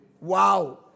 Wow